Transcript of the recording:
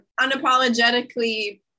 unapologetically